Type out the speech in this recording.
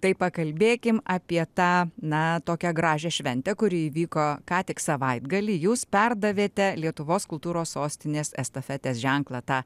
tai pakalbėkim apie tą na tokią gražią šventę kuri įvyko ką tik savaitgalį jūs perdavėte lietuvos kultūros sostinės estafetės ženklą tą